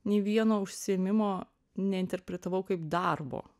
nei vieno užsiėmimo neinterpretavau kaip darbo